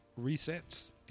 resets